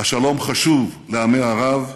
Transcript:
השלום חשוב לעמי ערב,